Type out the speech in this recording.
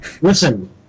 Listen